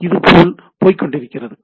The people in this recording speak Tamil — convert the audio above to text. இதுபோல் போய்கொண்டிருக்கிறது